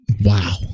wow